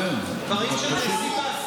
דברים שנעשים בהסכמה.